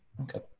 Okay